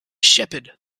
shepherd